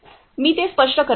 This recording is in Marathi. मी ते स्पष्ट करेल